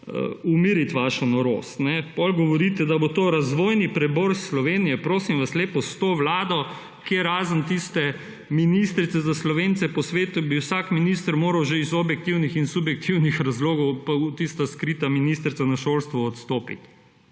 umiriti vašo norost! Potem govorite, da bo to razvojni preboj Slovenije. Prosim vas lepo, s to vlado, ki razen tiste ministrice za Slovence po svetu bi vsak minister moral že iz objektivnih in subjektivnih razlogov pa tista skrita ministrica na šolstvu odstopiti.